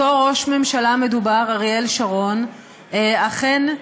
אותו ראש ממשלה מדובר, אריאל שרון, אכן,